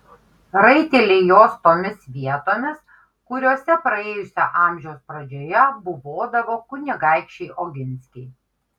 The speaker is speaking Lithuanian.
raiteliai jos tomis vietomis kuriose praėjusio amžiaus pradžioje buvodavo kunigaikščiai oginskiai